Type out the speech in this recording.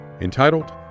Entitled